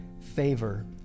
favor